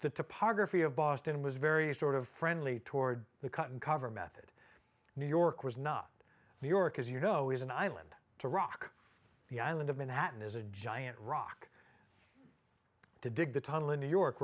the topography of boston was very sort of friendly toward the cut and cover method new york was not new york as you know is an island to rock the island of manhattan is a giant rock to dig a tunnel in new york